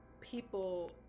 people